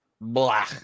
blah